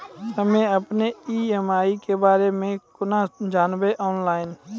हम्मे अपन ई.एम.आई के बारे मे कूना जानबै, ऑनलाइन?